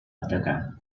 atacar